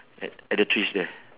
at at the trees there